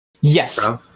Yes